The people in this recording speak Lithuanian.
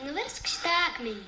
nuversk šitą akmenį